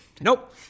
nope